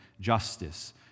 justice